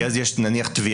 כי אז נניח יש תביעה.